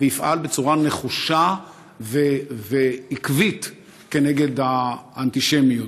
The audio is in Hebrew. ויפעל בצורה נחושה ועקבית כנגד האנטישמיות.